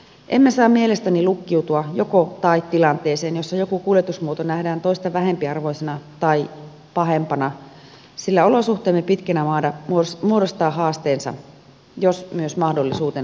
emme saa mielestäni lukkiutua jokotai tilanteeseen jossa joku kuljetusmuoto nähdään toista vähempiarvoisena tai pahempana sillä olosuhteemme pitkänä maana muodostavat haasteensa joskin myös mahdollisuutensa